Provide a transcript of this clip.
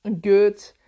good